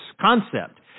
concept